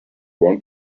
want